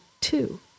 two